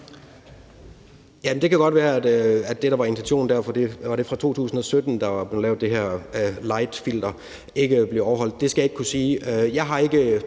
Det kan godt være, at det, der var intentionen der i 2017, da man lavede det der lightfilter, ikke bliver overholdt. Det skal jeg ikke kunne sige. Jeg har ikke